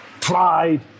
pride